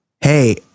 Hey